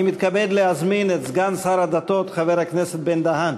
אני מתכבד להזמין את סגן שר הדתות חבר הכנסת בן-דהן